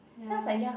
ya